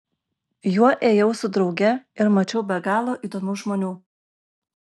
juo ėjau su drauge ir mačiau be galo įdomių žmonių